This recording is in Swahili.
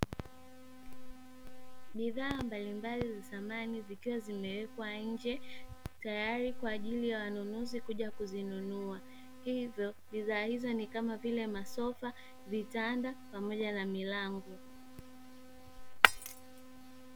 Bidhaa mbalimbali za samani zikiwa zimewekwa nje tayari kwa ajili ya wanunuzi kuja kuzinunua, hivyo bidhaa hizo ni kama sofa, vitanda, pamoja na milango.